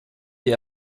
die